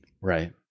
Right